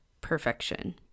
perfection